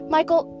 Michael